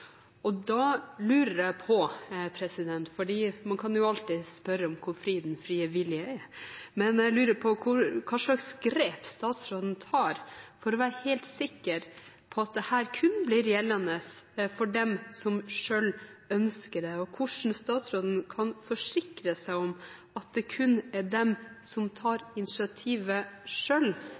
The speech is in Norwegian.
arbeidshverdag. Da lurer jeg på – for man kan jo alltid spørre seg hvor fri den frie vilje er – hvilke grep statsråden tar for å være helt sikker på at dette kun vil gjelde for dem som selv ønsker det. Hvordan kan statsråden forsikre seg om at dette kun vil gjelde dem som tar initiativet